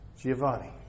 Giovanni